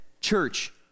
church